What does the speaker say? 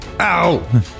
Ow